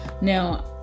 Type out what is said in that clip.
Now